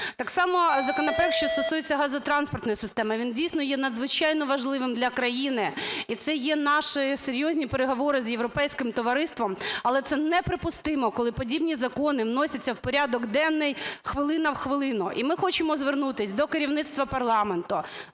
Так само законопроект, що стосується газотранспортної системи, він, дійсно, є надзвичайно важливим для країни, і це є наші серйозні переговори з європейським товариством, але це неприпустимо, коли подібні закони вносяться в порядок денний хвилина в хвилину. І ми хочемо звернутися до керівництва парламенту,